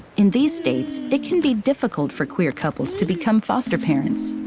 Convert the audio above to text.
in these states, it can be difficult for queer couples to become foster parents.